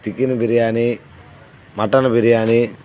chicken biryani mutton biryani